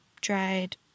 dried